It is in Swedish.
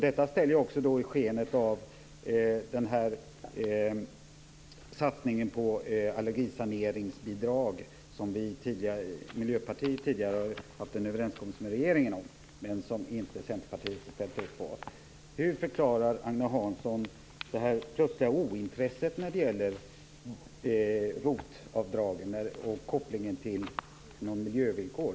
Detta ställer jag i skenet av satsningen på allergisaneringsbidrag, som Miljöpartiet tidigare haft en överenskommelse med regeringen om men som inte Centerpartiet ställt upp på. Hur förklarar Agne Hansson det plötsliga ointresset när det gäller ROT-avdragen och kopplingen till miljövillkor?